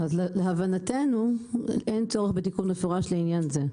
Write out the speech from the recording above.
אז להבנתנו, אין צורך בתיקון מפורש לעניין זה.